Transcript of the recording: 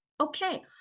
Okay